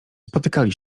spotykali